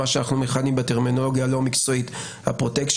מה שאנחנו מכנים בטרמינולוגיה הלא מקצועית "פרוטקשן",